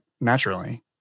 naturally